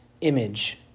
image